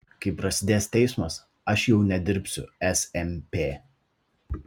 kai prasidės teismas aš jau nedirbsiu smp